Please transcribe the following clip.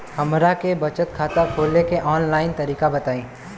हमरा के बचत खाता खोले के आन लाइन तरीका बताईं?